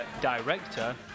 Director